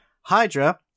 Hydra